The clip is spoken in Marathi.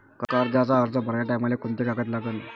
कर्जाचा अर्ज भराचे टायमाले कोंते कागद लागन?